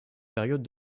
période